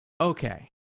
okay